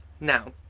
Now